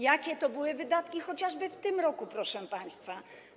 Jakie to były wydatki chociażby w tym roku, proszę państwa?